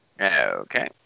okay